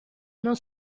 non